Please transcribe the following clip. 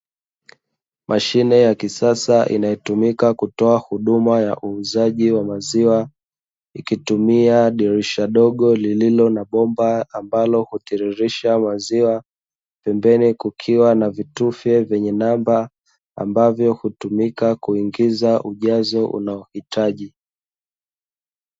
Mashine ya kisasa inayotumika kutoa huduma ya uuzaji wa maziwa ikitumia dirisha dogo lililo na bomba ambalo hutiririsha maziwa. Pembeni kukiwa na vitufe vyenye namba ambavyo hutumika kuingiza ujazo unaohitaji.